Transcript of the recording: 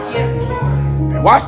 Watch